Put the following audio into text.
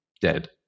dead